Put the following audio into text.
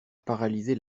paralysé